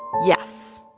yes,